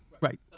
Right